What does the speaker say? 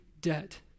debt